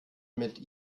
mit